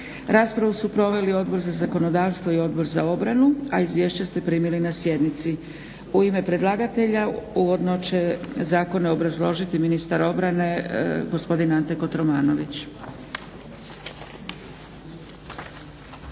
Raspravu su proveli Odbor za zakonodavstvo i Odbor za obranu, a izvješća ste primili na sjednici. U ime predlagatelja uvodno će zakone obrazložiti ministar obrane gospodin Ante Kotromanović.